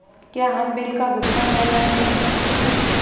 क्या हम बिल का भुगतान ऑनलाइन कर सकते हैं?